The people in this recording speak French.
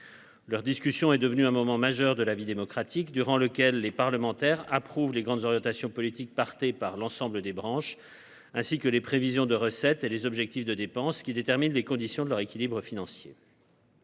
Leur discussion est devenue un moment majeur de la vie démocratique, durant lequel les parlementaires approuvent les grandes orientations des politiques portées par l’ensemble des branches, ainsi que les prévisions de recettes et les objectifs de dépenses, qui déterminent les conditions de leur équilibre financier.